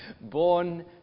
Born